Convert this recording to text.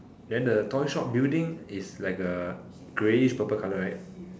then the toy shop building is like a greyish purple colour right